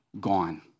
gone